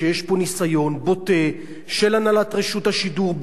שיש פה ניסיון בוטה של הנהלת רשות השידור,